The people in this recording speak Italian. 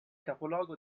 capoluogo